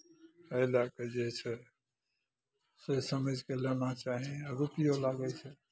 एहि लए कऽ जे छै सोचि समझि कऽ लेना चाही आ रुपैओ लागै छै